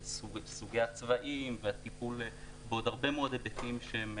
סוגי הצבעים והטיפול בעוד הרבה מאוד היבטים שהם